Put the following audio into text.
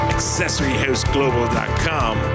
AccessoryHouseGlobal.com